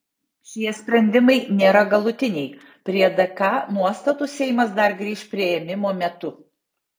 šie sprendimai nėra galutiniai prie dk nuostatų seimas dar grįš priėmimo metu